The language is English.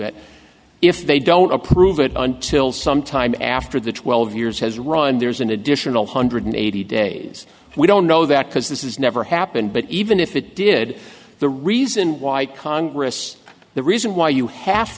it if they don't approve it until some time after the twelve years has run there's an additional hundred eighty days we don't know that because this is never happened but even if it did the reason why congress the reason why you have